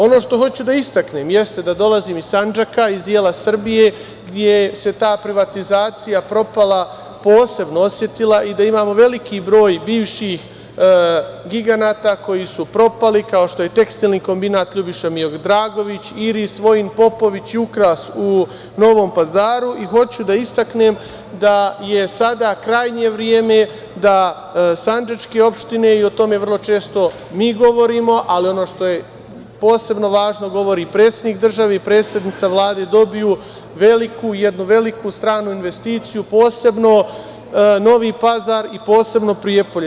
Ono što hoću da istaknem jeste da dolazim iz Sandžaka, iz dela Srbije gde se ta privatizacija propala posebno osetila i da imamo veliki broj bivših giganata koji su propali, kao što je tekstilni kombinat „Ljubiša Miodragović“, „Vojin Popović“ u Novom Pazaru, i hoću da istaknem da je sada krajnje vreme da sandžačke opštine, i o tome vrlo često mi govorimo, ali ono što je posebno važno govori predsednik države i predsednica Vlade, dobiju jednu veliku stranu investiciju posebno Novi Pazar i posebno Prijepolje.